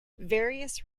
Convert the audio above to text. various